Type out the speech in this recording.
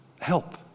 help